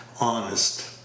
honest